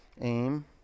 Aim